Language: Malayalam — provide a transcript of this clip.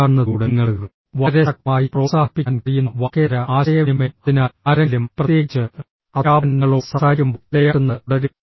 തലയാട്ടുന്നതിലൂടെ നിങ്ങൾക്ക് വളരെ ശക്തമായി പ്രോത്സാഹിപ്പിക്കാൻ കഴിയുന്ന വാക്കേതര ആശയവിനിമയം അതിനാൽ ആരെങ്കിലും പ്രത്യേകിച്ച് അധ്യാപകൻ നിങ്ങളോട് സംസാരിക്കുമ്പോൾ തലയാട്ടുന്നത് തുടരുക